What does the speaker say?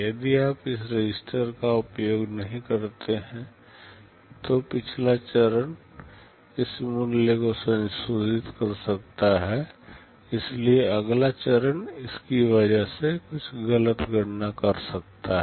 यदि आप इस रजिस्टर का उपयोग नहीं करते हैं तो पिछला चरण इस मूल्य को संशोधित कर सकता है इसलिए अगला चरण इसकी वजह से कुछ गलत गणना कर सकता है